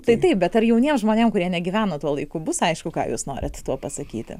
tai taip bet ar jauniem žmonėm kurie negyveno tuo laiku bus aišku ką jūs norit tuo pasakyti